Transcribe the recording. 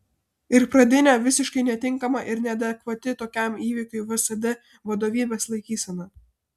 ir pradinė visiškai netinkama ir neadekvati tokiam įvykiui vsd vadovybės laikysena